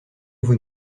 vous